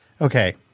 Okay